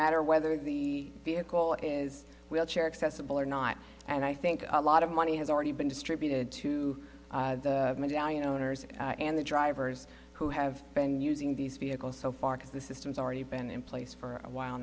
matter whether the vehicle is wheelchair accessible or not and i think a lot of money has already been distributed to the owners and the drivers who have been using these vehicles so far because the system's already been in place for a while